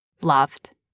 loved